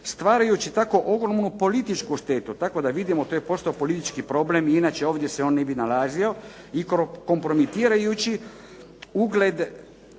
stvarajući tako ogromnu političku štetu, tako da vidimo to je postao politički problem, inače ovdje se on ne bi nalazio i kompromitirajući ugled